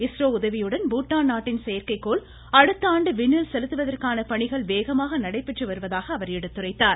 இஸ்ரோ உதவியுடன் பூட்டான் நாட்டின் செயற்கைகோள் அடுத்த ஆண்டு விண்ணில் செலுத்துவதற்கான பணிகள் வேகமாக நடைபெற்று வருவதாகவும் எடுத்துரைத்தார்